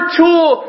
tool